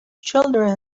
children